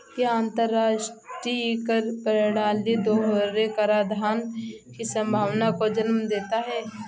क्या अंतर्राष्ट्रीय कर प्रणाली दोहरे कराधान की संभावना को जन्म देता है?